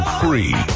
free